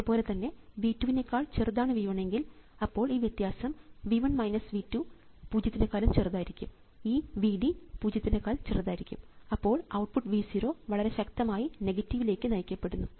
അതുപോലെതന്നെ V 2 നെക്കാൾ ചെറുതാണ് V 1 എങ്കിൽ അപ്പോൾ ഈ വ്യത്യാസം V 1 V 2 0 ഈ V d 0 അപ്പോൾ ഔട്ട്പുട്ട് V 0 വളരെ ശക്തമായി നെഗറ്റീവ്ലേക്ക് നയിക്കപ്പെടുന്നു